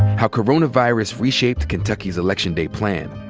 how coronavirus reshaped kentucky's election day plan,